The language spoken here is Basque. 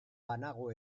banago